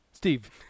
Steve